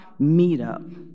meetup